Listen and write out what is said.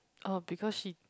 oh because she